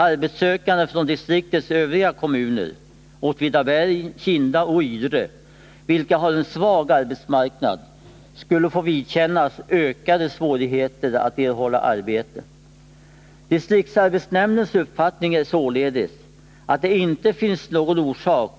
Arbetssökande från distriktets övriga kommuner, Åtvidaberg, Kinda och Ydre, vilka har en svag arbetsmarknad, skulle få vidkännas ökade svårigheter att erhålla arbete. Distriktsarbetsnämndens uppfattning är således, att det inte finns någon orsak